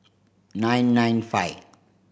nine nine five